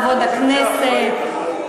כבוד הכנסת,